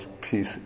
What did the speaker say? peace